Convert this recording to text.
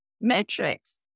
Metrics